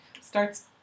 starts